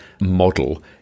model